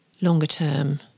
longer-term